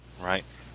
right